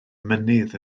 mynydd